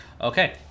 Okay